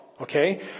Okay